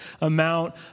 amount